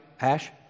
Ash